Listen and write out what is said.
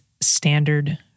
Standard